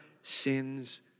sins